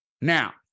Now